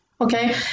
okay